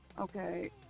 Okay